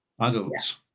Adults